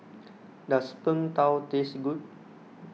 does Png Tao taste good